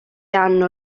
hanno